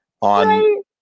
on